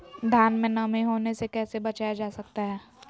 धान में नमी होने से कैसे बचाया जा सकता है?